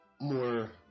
more